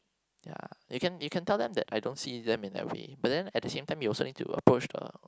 ya you can you can tell them that I don't see them in that way but then at the same time you also need to approach the